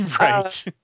Right